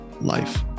life